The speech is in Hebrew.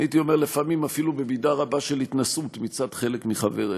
הייתי אומר לפעמים אפילו במידה רבה של התנשאות מצד חלק מחבריך,